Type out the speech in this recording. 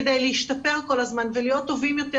כדי להשתפר כל הזמן ולהיות טובים יותר